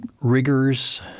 rigors